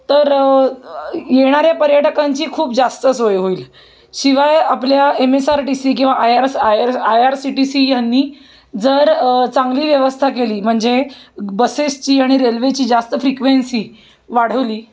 तर येणाऱ्या पर्यटकांची खूप जास्त सोय होईल शिवाय आपल्या M S R T C किंवा आय आर अस आय अर अस I R C T C ह्यांनी जर चांगली व्यवस्था केली म्हणजे बसेसची आणि रेल्वेची जास्त फ्रीक्वेन्सी वाढवली